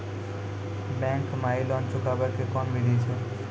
Bank माई loan चुकाबे के कोन बिधि छै?